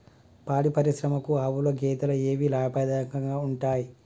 పాడి పరిశ్రమకు ఆవుల, గేదెల ఏవి లాభదాయకంగా ఉంటయ్?